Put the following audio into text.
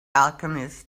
alchemist